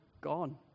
gone